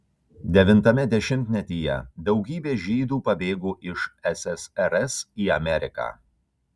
devintame dešimtmetyje daugybė žydų pabėgo iš ssrs į ameriką